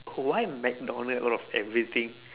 oh why mcdonald out of everything